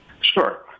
sure